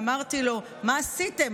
אמרתי לו: מה עשיתם?